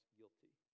guilty